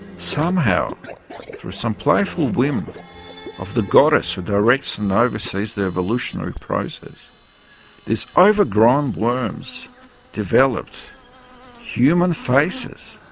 somehow through some playful whim of the goddess who directs and oversees their evolutionary process these overgrown worms developed human faces